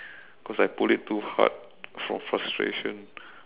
cause I pull it too hard from frustration